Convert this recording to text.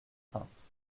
craintes